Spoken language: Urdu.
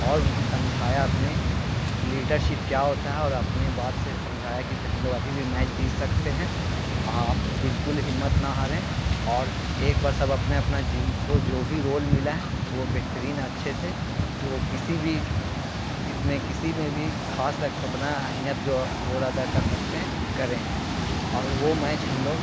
اور انہیں سمجھایا اپنے ایک لیڈرشپ کیا ہوتا ہے اور اپنے بات سے سمجھایا کہ ہم لوگ ابھی بھی میچ جیت سکتے ہیں آپ بالکل ہمت نہ ہاریں اور ایک بار سب اپنے اپنا جن کو جو بھی رول ملا ہے وہ بہترین اچھے سے کہ وہ کسی بھی اس میں کسی میں بھی خاص ایک اپنا اہمیت جو رول ادا کر سکتے ہیں کریں اور وہ میچ ہم لوگ